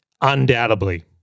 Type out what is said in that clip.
undoubtedly